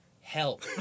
help